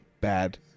bad